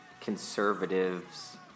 conservatives